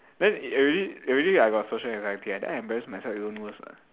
then already already I got social anxiety then I embarrass myself even worse [what]